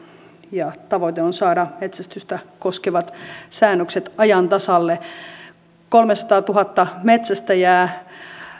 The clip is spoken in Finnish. ja tavoite on saada metsästystä koskevat säännökset ajan tasalle kolmesataatuhatta metsästäjää